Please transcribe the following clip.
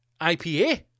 IPA